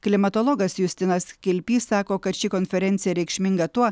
klimatologas justinas kilpys sako kad ši konferencija reikšminga tuo